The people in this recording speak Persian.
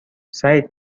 سعید